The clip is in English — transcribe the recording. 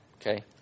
Okay